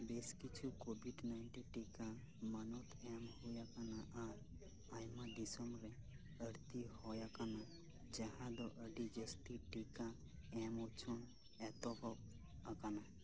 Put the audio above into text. ᱵᱮᱥ ᱠᱤᱪᱷᱩ Covid nineteen ᱴᱤᱠᱟ ᱢᱟᱱᱚᱛ ᱮᱢ ᱦᱩᱭᱟᱠᱟᱱᱟ ᱟᱨ ᱟᱭᱢᱟ ᱫᱤᱥᱚᱢ ᱨᱮ ᱟᱬᱛᱤ ᱦᱩᱭᱟᱠᱟᱱᱟ ᱡᱟᱦᱟᱸ ᱫᱚ ᱟᱹᱰᱤ ᱡᱟᱹᱥᱛᱤ ᱴᱤᱠᱟ ᱮᱢᱚᱜ ᱩᱪᱷᱟᱹᱱ ᱮᱛᱚᱦᱚᱵ ᱟᱠᱟᱱᱟ